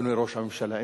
אדוני ראש הממשלה,